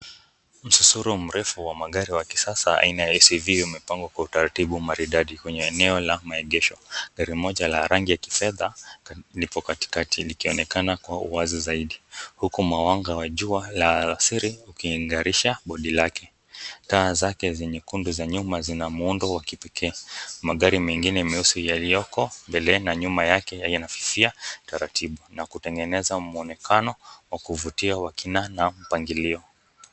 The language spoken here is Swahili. Msusuru mrefu wa magari ya kisasa aina ya SUV umepangwa kwa utaratibu maridadi kwenye eneo la maegesho. Gari moja la rangi ya kifedha lipo katikati likionekana kwa uwazi zaidi huku mwangaza wa jua la alasiri ukiingarisha bodi lake. Taa zake nyekundu za nyuma zina muundo wa kipekee. Magari mengine meusi yaliyoko mbele na nyuma yake yakififia taratibu na kutengeneza muonekano wa kuvutia wa kinana mpangilio.